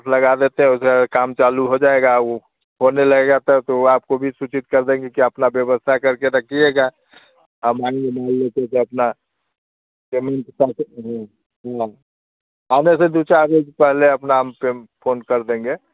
हाथ लगा देते हैं उधर काम चालू हो जाएगा होने लगेगा तब तो आपको भी सूचित कर देंगे कि अपना व्यवस्था कर के रखिएगा हमारे यहाँ माल लेते हैं तो अपना जमीन हाँ आने से दो चार रोज पहले अपना हम पेम फोन कर देंगे